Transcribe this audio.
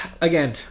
Again